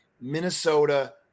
Minnesota